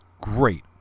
great